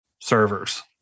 servers